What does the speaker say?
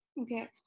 Okay